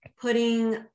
Putting